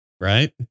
Right